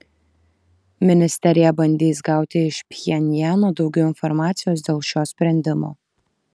ministerija bandys gauti iš pchenjano daugiau informacijos dėl šio sprendimo